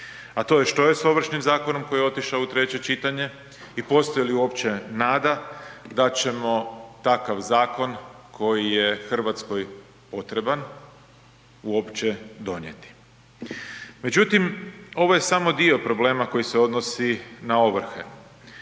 a to je što je s Ovršnim zakonom koji je otišao u treće čitanje i postoji li uopće nada da ćemo takav zakon koji je Hrvatskoj potreban uopće donijeti? Međutim, ovo je samo dio problema koji se odnosi na ovrhe,